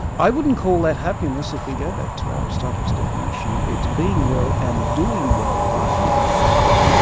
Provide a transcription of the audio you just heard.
i wouldn't call that happiness. if we go back to aristotle's definition, it's being well and doing well by being well.